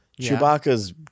Chewbacca's